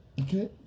Okay